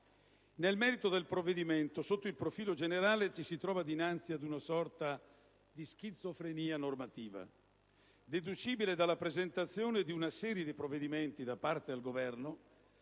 Nel merito del provvedimento, sotto il profilo generale, ci si trova dinnanzi ad una sorta di schizofrenia normativa deducibile dalla presentazione di una serie di provvedimenti, da parte del Governo,